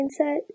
mindset